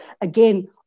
Again